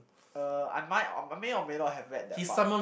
uh I might or I may or may not have read that part